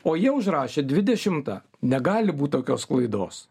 o jie užrašė dvidešimta negali būt tokios klaidos